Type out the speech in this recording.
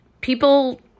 People